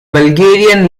bulgarian